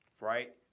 right